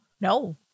No